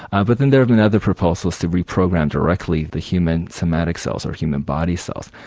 um but then there have been other proposals to reprogram directly the human somatic cells, or human body cells.